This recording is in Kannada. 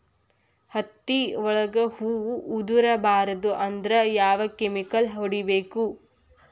ಹತ್ತಿ ಒಳಗ ಹೂವು ಉದುರ್ ಬಾರದು ಅಂದ್ರ ಯಾವ ಕೆಮಿಕಲ್ ಹೊಡಿಬೇಕು?